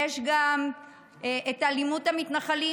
יש גם את אלימות המתנחלים,